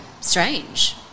strange